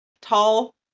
tall